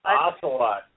ocelot